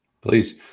Please